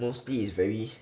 mostly is very